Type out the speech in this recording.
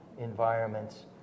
environments